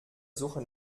suche